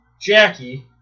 Jackie